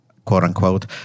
quote-unquote